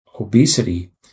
obesity